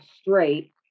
straight